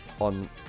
on